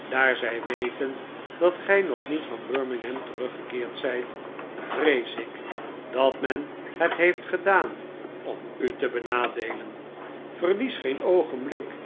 daar zij weten dat gij nog niet van birmingham teruggekeerd zijt vrees ik dat men het heeft gedaan om u te benadeelen verlies geen oogenblik